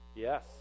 Yes